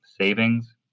savings